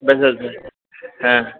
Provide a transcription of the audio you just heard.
ଅଛି ଆଁ